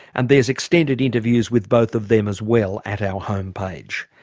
and there's extended interviews with both of them as well at our homepage.